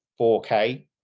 4k